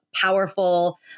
powerful